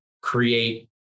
create